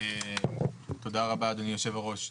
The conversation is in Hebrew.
תודה רבה אדוני יושב-הראש.